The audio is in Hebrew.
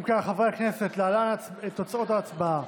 לרשותך.